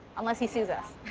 unless he sues us.